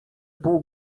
pół